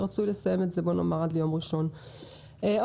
רצוי לסיים את זה עד ליום ראשון הקרוב כי הדיון הבא יתקיים ביום שלישי.